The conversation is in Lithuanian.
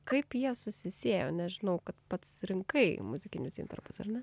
kaip jie susisiejo nes žinau kad pats rinkai muzikinius intarpus ar ne